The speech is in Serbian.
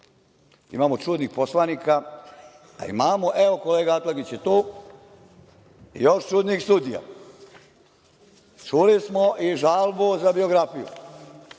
Imamo čudnih poslanika a imamo, evo kolega Atlagić je tu, još čudnih sudija. Čuli smo i žalbu za biografiju. Kad